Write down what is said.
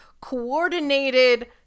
coordinated